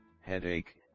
headache